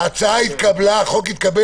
אוסמה, לא כואב לך הלב שתפילה תהיה של 10 אנשים?